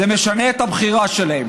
זה משנה את הבחירה שלהם,